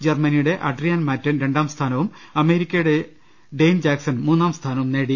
ജർമനിയുടെ Adrian Mattern രണ്ടാംസ്ഥാനവും അമേരിക്കയുടെ Dane Jackson മൂന്നാം സ്ഥാനവും നേടി